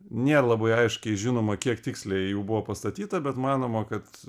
nėr labai aiškiai žinoma kiek tiksliai jau buvo pastatyta bet manoma kad